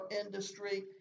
industry